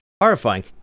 horrifying